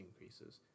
increases